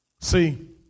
See